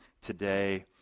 today